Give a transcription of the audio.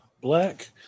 black